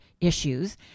issues